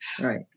Right